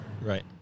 Right